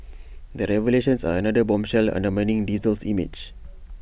the revelations are another bombshell undermining diesel's image